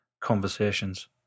conversations